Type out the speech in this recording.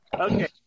Okay